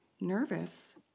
nervous